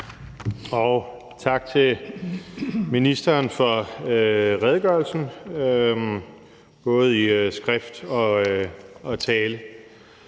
og tak til ministeren for redegørelsen både i skrift og tale.